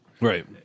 Right